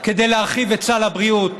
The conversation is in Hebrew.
כדי להרחיב את סל הבריאות,